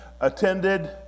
attended